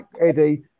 Eddie